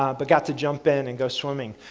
ah but got to jump in and go swimming,